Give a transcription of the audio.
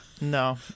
no